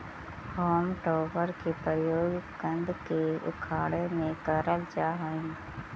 home टॉपर के प्रयोग कन्द के उखाड़े में करल जा हई